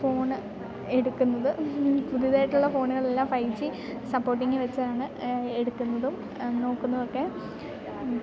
phone എടുക്കുന്നത് പുതുതായിട്ടുള്ള ഫോണുകളെല്ലാം ഫൈവ് ജി സപ്പോർട്ടിങ്ങ് വെച്ചാണ് എടുക്കുന്നതും നോക്കുന്നതൊക്കെ